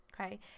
okay